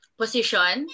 position